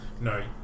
No